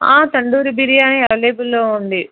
తందూరి బిర్యానీ అవైలబుల్లో ఉంది